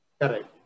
Correct